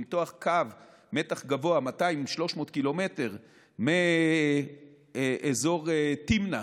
למתוח קו מתח גבוה 200 300 ק"מ מאזור תמנע